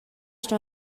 sto